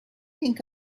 think